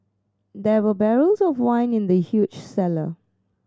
there were barrels of wine in the huge cellar